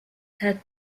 had